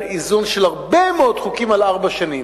איזון של הרבה מאוד חוקים על ארבע שנים.